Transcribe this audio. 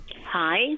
Hi